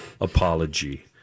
apology